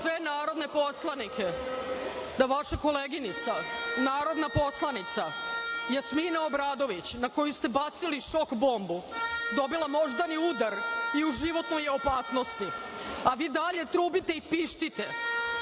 sve narodne poslanike da je vaša koleginica Narodna poslanica Jasmina Obradović, na koju ste bacili šok bombu, dobila moždani udari i u životnoj je opasnosti, a vi i dalje trubite i pištite.